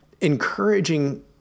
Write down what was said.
encouraging